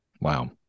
Wow